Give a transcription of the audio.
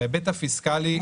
בהיבט הפיסקלי,